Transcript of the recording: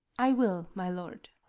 i will, my lord.